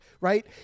right